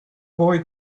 boy